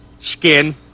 Skin